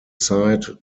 site